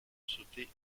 sauter